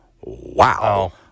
Wow